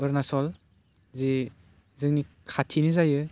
अरुणाचल जि जोंनि खाथिनि जायो